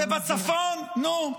ובצפון, נו.